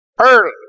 early